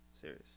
Serious